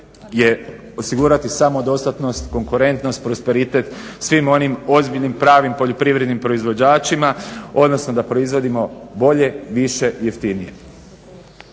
je osigurati samo dostatnost, konkurentnost, prosperitet svim onim ozbiljnim, pravim poljoprivrednim proizvođačima, odnosno da proizvodimo bolje, više, jeftinije.